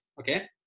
Okay